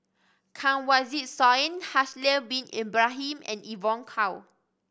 Kanwaljit Soin Haslir Bin Ibrahim and Evon Kow